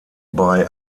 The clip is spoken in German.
bei